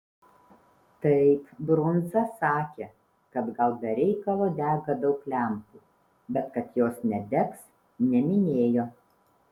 taip brundza sakė kad gal be reikalo dega daug lempų bet kad jos nedegs neminėjo